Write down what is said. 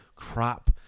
crap